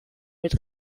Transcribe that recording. mit